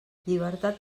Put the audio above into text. llibertat